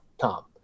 Tom